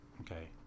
Okay